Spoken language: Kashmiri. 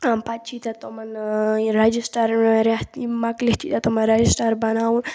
پَتہٕ چھی ژےٚ تِمَن یہِ رٮ۪جِسٹَر رٮ۪تھ یہِ مَکلِتھ چھی تِمَن رٮ۪جِسٹَر بَناوُن